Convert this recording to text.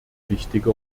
wichtige